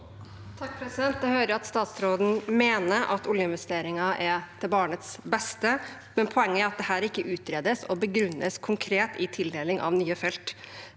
(MDG) Jeg hører at stats- råden mener at oljeinvesteringer er til barnets beste. Poenget er at dette ikke utredes og begrunnes konkret i tildeling av nye felter.